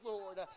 Lord